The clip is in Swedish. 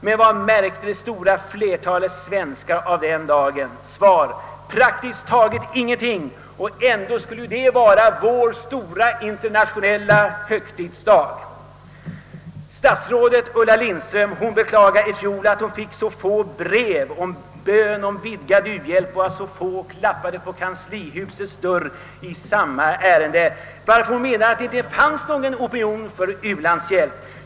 Men vad märkte det stora flertalet svenskar av denna dag? Svar: praktiskt taget ingenting. Och ändå skulle detta egentligen vara en av våra stora internationella högtidsdagar. Statsrådet Ulla Lindström beklagade 1 fjol att hon fick så få brev med bön om vidgad u-hjälp och att så få klappade på kanslihusets dörr i samma ärende, varför hon menade att det inte heller fanns någon opinion för u-landshjälp.